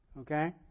Okay